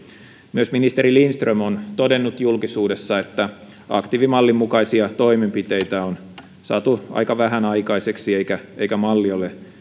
myös ministeri lindström on todennut julkisuudessa että aktiivimallin mukaisia toimenpiteitä on saatu aika vähän aikaiseksi eikä eikä malli ole